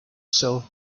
sell